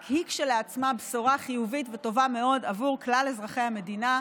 רק היא כשלעצמה בשורה חיובית וטובה מאוד עבור כלל אזרחי המדינה,